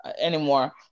anymore